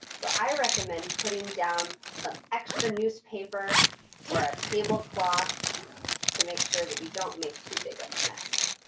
so i recommend putting down some extra newspaper or a tablecloth to make sure that you don't make too big of a mess.